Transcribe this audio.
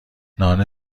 نان